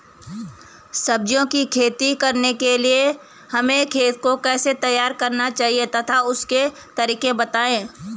सब्जियों की खेती करने के लिए हमें खेत को कैसे तैयार करना चाहिए तथा उसके तरीके बताएं?